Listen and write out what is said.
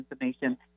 information